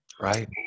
right